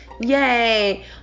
yay